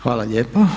Hvala lijepa.